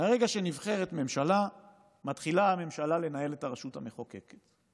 מרגע שנבחרת ממשלה מתחילה הממשלה לנהל את הרשות המחוקקת.